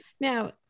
now